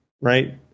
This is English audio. right